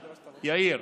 יאיר,